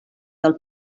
del